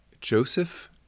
Joseph